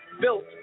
built